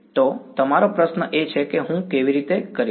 તો તમારો પ્રશ્ન એ છે કે હું કેવી રીતે કરીશ